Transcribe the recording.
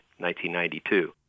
1992